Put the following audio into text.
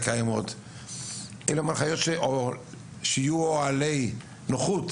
או שיהיו אוהלי נוחות